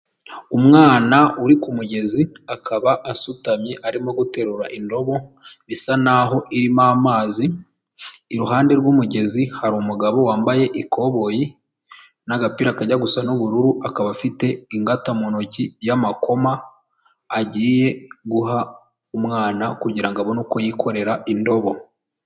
Umwana uri ku mugezi akaba asutamye arimo guterura indobo bisa naho irimo amazi, iruhande rw'umugezi hari umugabo wambaye ikoboyi n'agapira kajya gusa n'ubururu, akaba afite ingata mu ntoki y'amakoma agiye guha umwana kugirango abone uko yikorera indobo.